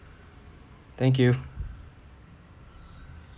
thank you